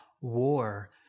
war